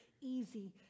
easy